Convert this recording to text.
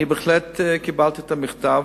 אני בהחלט קיבלתי את המכתב.